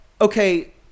okay